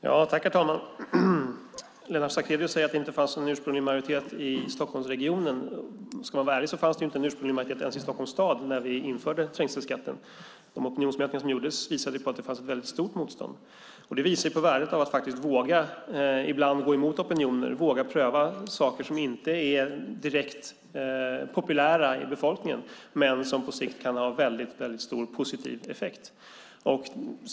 Herr talman! Lennart Sacrédeus säger att det inte fanns någon ursprunglig majoritet i Stockholmsregionen. Ska man vara ärlig fanns det inte en ursprunglig majoritet ens i Stockholms stad när trängselskatten infördes. De opinionsmätningar som gjordes visade på att det fanns ett stort motstånd. Det visar på värdet av att faktiskt ibland våga gå emot opinioner och våga pröva saker som inte är direkt populära bland befolkningen men som på sikt kan ha stor positiv effekt.